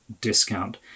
discount